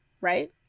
right